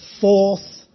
fourth